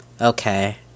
okay